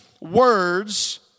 words